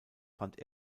fand